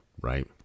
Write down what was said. right